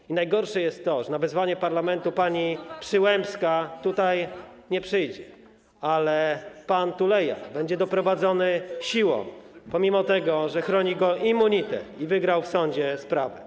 I najgorsze jest to, że na wezwanie parlamentu pani Przyłębska tutaj nie przyjdzie, ale pan Tuleya będzie doprowadzony siłą, pomimo że chroni go immunitet i wygrał w sądzie sprawę.